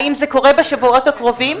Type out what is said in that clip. האם זה קורה בשבועות הקרובים?